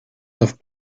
love